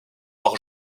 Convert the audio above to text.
par